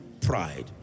pride